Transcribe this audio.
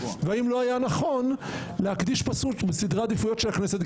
והאם לא היה נכון להקדיש --- מסדרי העדיפויות של הכנסת?